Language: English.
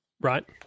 right